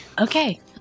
Okay